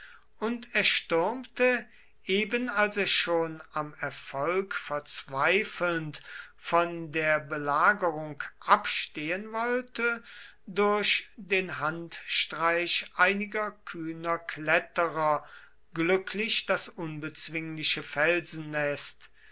und erstürmte eben als er schon am erfolg verzweifelnd von der belagerung abstehen wollte durch den handstreich einiger kühner kletterer glücklich das unbezwingliche felsennest